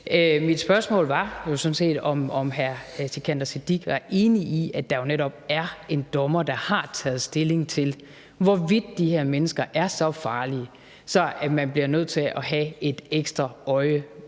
Mit spørgsmål var sådan set, om hr. Sikandar Siddique er enig i, at der jo netop er en dommer, der har taget stilling til, hvorvidt de her mennesker er så farlige, at man bliver nødt til at have et ekstra øje